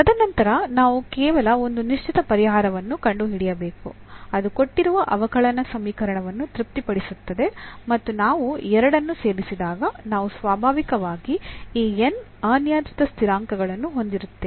ತದನಂತರ ನಾವು ಕೇವಲ ಒಂದು ನಿಶ್ಚಿತ ಪರಿಹಾರವನ್ನು ಕಂಡುಹಿಡಿಯಬೇಕು ಅದು ಕೊಟ್ಟಿರುವ ಅವಕಲನ ಸಮೀಕರಣವನ್ನು ತೃಪ್ತಿಪಡಿಸುತ್ತದೆ ಮತ್ತು ನಾವು ಎರಡನ್ನು ಸೇರಿಸಿದಾಗ ನಾವು ಸ್ವಾಭಾವಿಕವಾಗಿ ಈ n ಅನಿಯಂತ್ರಿತ ಸ್ಥಿರಾಂಕಗಳನ್ನು ಹೊಂದಿರುತ್ತೇವೆ